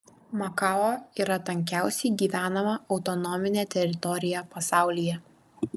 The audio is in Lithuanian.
makao yra tankiausiai gyvenama autonominė teritorija pasaulyje